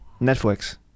Netflix